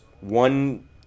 one